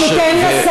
אז תן לי.